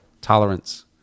tolerance